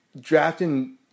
drafting